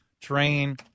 train